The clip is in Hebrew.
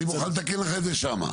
אני מוכן לתקן לך את שם.